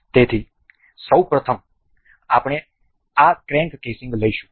તેથી સૌ પ્રથમ આપણે આ ક્રેન્ક કેસિંગ લઈશું